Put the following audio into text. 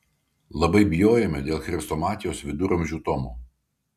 labai bijojome dėl chrestomatijos viduramžių tomo